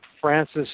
Francis